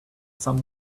some